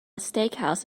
steakhouse